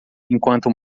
enquanto